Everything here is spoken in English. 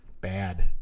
Bad